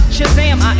Shazam